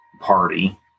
party